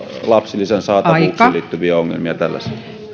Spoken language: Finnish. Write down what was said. lapsilisän saatavuuteen liittyviä ongelmia tällaisia